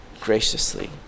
graciously